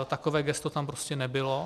Takové gesto tam prostě nebylo.